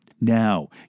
Now